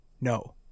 No